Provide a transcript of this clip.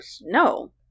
No